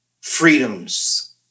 freedoms